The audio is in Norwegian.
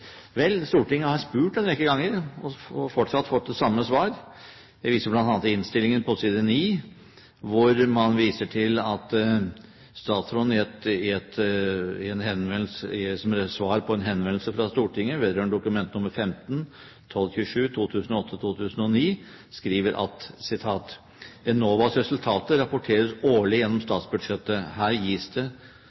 Vel, Stortinget har spurt en rekke ganger og fortsatt fått det samme svar. Jeg viser bl.a. til innstillingen på side 9, hvor man viser til at statsråden som svar på en henvendelse fra Stortinget vedrørende Dokument nr. 15:1227 for 2008–2009 skriver: «Enovas resultater rapporteres årlig gjennom statsbudsjettet. Her gis det